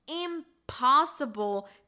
impossible